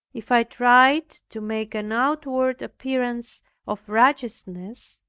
if i tried to make an outward appearance of righteousness,